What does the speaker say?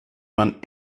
man